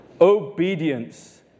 Obedience